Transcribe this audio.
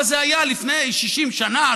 אבל זה היה לפני 60 שנה,